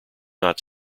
not